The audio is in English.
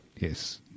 Yes